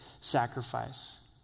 sacrifice